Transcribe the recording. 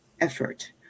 effort